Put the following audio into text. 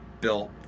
built